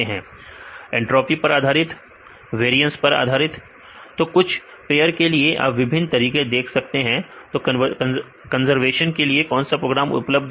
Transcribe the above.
विद्यार्थी एंट्रॉपी पर आधारित सही है एंट्रॉपी पर आधारित विद्यार्थी वेरियस पर आधारित तो कुछ पेयर के लिए आप विभिन्न तरीके देख सकते हैं तो कंजर्वशन के लिए कौन से प्रोग्राम उपलब्ध है